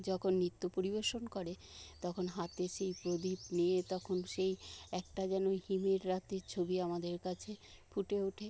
যখন নৃত্য পরিবেশন করে তখন হাতে সেই প্রদীপ নিয়ে তখন সেই একটা যেন হিমের রাতের ছবি আমাদের কাছে ফুটে ওঠে